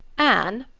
anne,